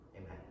Amen